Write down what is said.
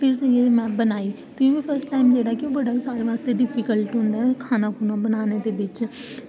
ते एह् जेल्लै बनाई ते एह् जिसलै सारें आस्तै बड़ा ई डिफिकल्ट होंदा ऐ खाना बनाने दे बिच